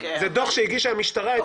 זה דוח שהגישה המשטרה אתמול.